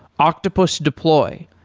octopus deploy,